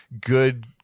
good